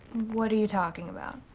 what are you talking about?